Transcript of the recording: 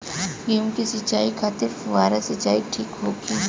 गेहूँ के सिंचाई खातिर फुहारा सिंचाई ठीक होखि?